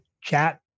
chat